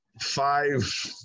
five